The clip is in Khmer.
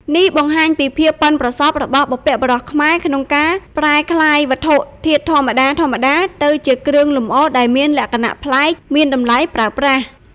នេះបង្ហាញពី ភាពប៉ិនប្រសប់ របស់បុព្វបុរសខ្មែរក្នុងការប្រែក្លាយវត្ថុធាតុធម្មតាៗ ទៅជាគ្រឿងលម្អដែលមានលក្ខណៈប្លែក មានតម្លៃប្រើប្រាស់។